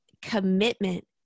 commitment